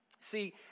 See